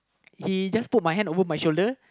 he just put my hand over my shoulder